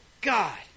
God